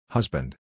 Husband